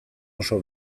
oso